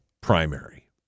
primary